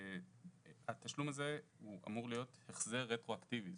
התשלום הזה הוא אמור להיות החזר רטרואקטיבי.